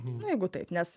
nu jeigu taip nes